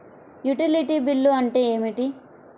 Utility bill అంటే ఏమిటి?